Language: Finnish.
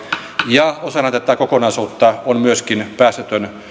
ja osana tätä kokonaisuutta on myöskin päästötön